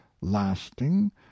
lasting